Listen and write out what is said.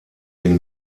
den